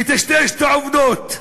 לטשטש את העובדות,